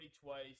twice